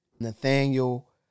Nathaniel